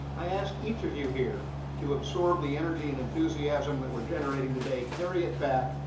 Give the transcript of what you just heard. i ask each of you here to absorb the energy and enthusiasm that we're generating today, carry it back,